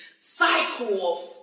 cycle